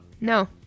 No